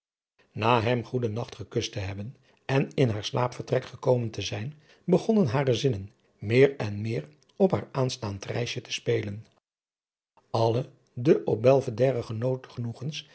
na hem goeden nacht gekust te hebben en in haar slaapvertrek gekomen te zijn begonnen hare zinnen meer en meer op haar aanstaand reisje te spelen alle de op belvedere genoten genoegens